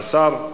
והשר,